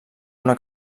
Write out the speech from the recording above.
una